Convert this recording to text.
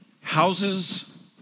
houses